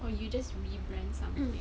or you just rebrand something